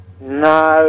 No